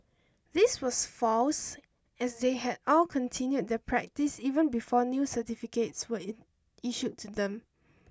this was false as they had all continued their practice even before new certificates were issued to them